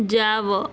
જાવ